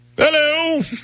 Hello